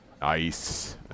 Nice